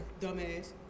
Dumbass